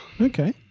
Okay